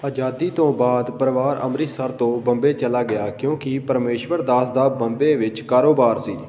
ਆਜ਼ਾਦੀ ਤੋਂ ਬਾਅਦ ਪਰਿਵਾਰ ਅੰਮ੍ਰਿਤਸਰ ਤੋਂ ਬੰਬੇ ਚਲਾ ਗਿਆ ਕਿਉਂਕਿ ਪਰਮੇਸ਼ਵਰ ਦਾਸ ਦਾ ਬੰਬੇ ਵਿੱਚ ਕਾਰੋਬਾਰ ਸੀ